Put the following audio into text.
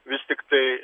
vis tiktai